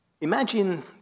Imagine